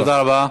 תודה רבה.